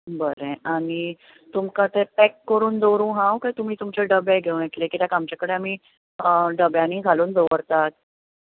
बरें आनी तुमकां तें पॅक करून दवरूं हांव कांय तुमी तुमचे डबे घेवन येतले कित्याक आमचे कडेन आमी डब्यांनी घालून दवरतात